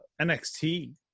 NXT